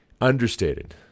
understated